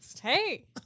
Hey